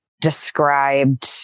described